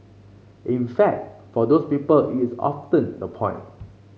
in fact for those people it is often the point